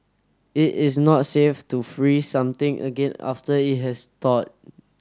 it is not safe to freeze something again after it has thawed